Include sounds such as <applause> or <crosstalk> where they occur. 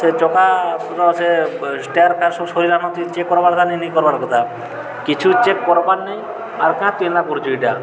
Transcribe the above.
ସେ ଚକା ତ ସେ ଟାୟାର୍ଫାୟାର୍ ସବୁ ସରିି <unintelligible> ଚେକ୍ କର୍ବାର୍ କଥା କି ନି କର୍ବାର୍ କଥା କିଛି ଚେକ୍ କର୍ବାର୍ ନାଇଁ ଆର୍ କାଏଁ ତୁଇ ଧନ୍ଦା କରୁଛୁ ଇ'ଟା